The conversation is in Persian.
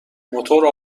موتور